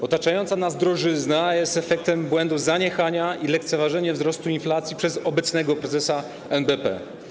Otaczająca nas drożyzna jest efektem błędu zaniechania i lekceważenia wzrostu inflacji przez obecnego prezesa NBP.